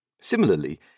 Similarly